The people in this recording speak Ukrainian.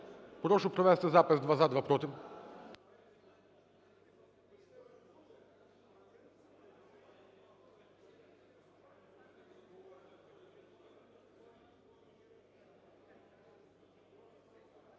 Прошу провести запис: два – за, два – проти.